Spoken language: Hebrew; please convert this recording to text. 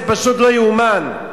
זה פשוט לא ייאמן.